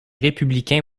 républicains